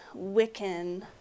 Wiccan